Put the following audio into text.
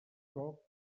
groc